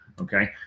Okay